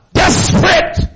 desperate